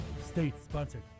state-sponsored